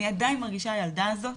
אני עדיין מרגישה הילדה הזאת